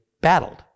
battled